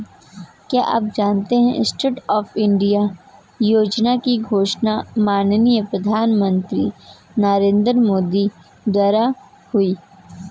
क्या आप जानते है स्टैंडअप इंडिया योजना की घोषणा माननीय प्रधानमंत्री नरेंद्र मोदी द्वारा हुई?